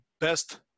best